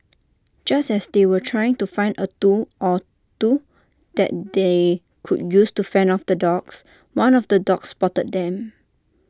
just as they were trying to find A tool or two that they could use to fend off the dogs one of the dogs spotted them